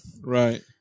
Right